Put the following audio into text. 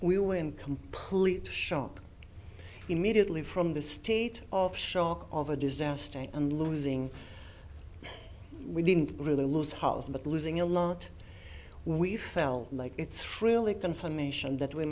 we were in complete shock immediately from the state of shock of a disaster and losing we didn't really lose heart was about losing a lot we felt like it's frilly confirmation that we